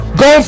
go